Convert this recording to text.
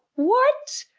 what!